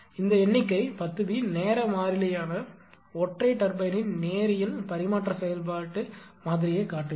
இந்த எண்ணிக்கை 10 b நேர மாறிலியான ஒற்றை டர்பைன்யின் நேரியல் பரிமாற்ற செயல்பாட்டு மாதிரியைக் காட்டுகிறது